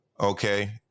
Okay